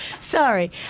Sorry